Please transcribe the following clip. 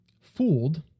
fooled